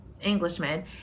Englishman